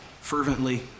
fervently